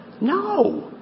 No